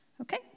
Okay